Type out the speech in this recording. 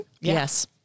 Yes